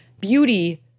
beauty